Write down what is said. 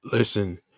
Listen